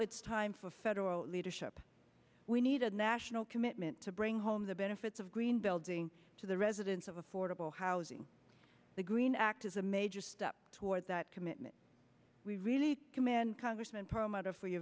it's time for federal leadership we need a national commitment to bring home the benefits of green building to the residents of affordable housing the green act is a major step toward that commitment we really commend congressman perlmutter for your